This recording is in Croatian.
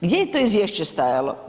Gdje je to izvješće stajalo?